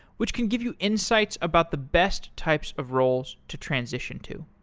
which can give you insights about the best types of roles to transition to